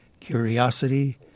curiosity